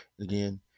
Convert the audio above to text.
Again